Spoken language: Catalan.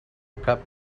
cap